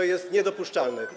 To jest niedopuszczalne.